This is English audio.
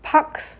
parks